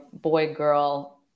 boy-girl